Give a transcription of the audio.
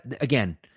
again